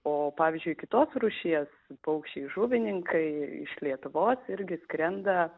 o pavyzdžiui kitos rūšies paukščiai žuvininkai iš lietuvos irgi skrenda